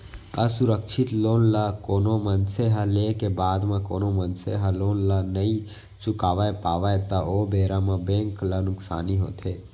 असुरक्छित लोन ल कोनो मनसे ह लेय के बाद म कोनो मनसे ह लोन ल नइ चुकावय पावय त ओ बेरा म बेंक ल नुकसानी होथे